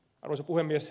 arvoisa puhemies